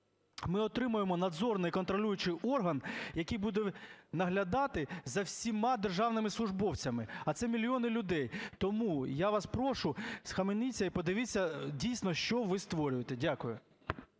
ми отримаємо надзорний, контролюючий орган, який буде наглядати за всіма державними службовцями, а це мільйони людей. Тому я вас прошу схаменіться і подивіться, дійсно, що ви створюєте. Дякую.